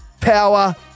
power